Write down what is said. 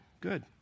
Good